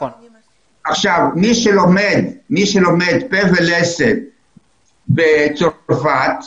מי שלומד פה ולסת בצרפת,